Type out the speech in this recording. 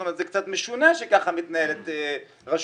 זה קצת משונה שכך מתנהלת רשות.